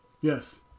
Yes